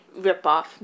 ripoff